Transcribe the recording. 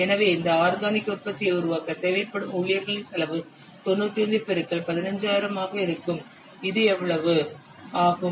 எனவே இந்த ஆர்கனிக் உற்பத்தியை உருவாக்க தேவைப்படும் ஊழியர்களின் செலவு 91 பெருக்கல்15000 ஆக இருக்கும் இது எவ்வளவு ஆகும்